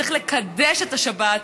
צריך לקדש את השבת,